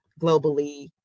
globally